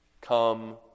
Come